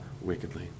wickedly